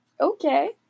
Okay